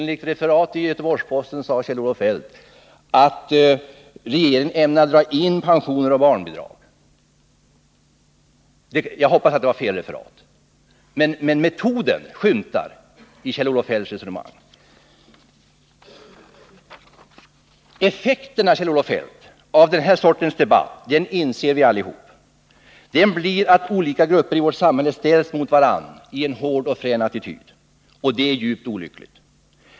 Enligt ett referat i Göteborgs-Posten sade Kjell-Olof Feldt att regeringen ämnar dra in pensioner och barnbidrag. Jag hoppas det var ett felaktigt referat. Men metoden skymtar i Kjell-Olof Feldts resonemang. Effekterna, Kjell-Olof Feldt, av den här sortens debatt — det inser vi allihop — blir att olika grupper i vårt samhälle ställs mot varandra i en hård och frän attityd. Det är djupt olyckligt.